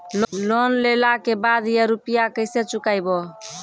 Loan लेला के बाद या रुपिया केसे चुकायाबो?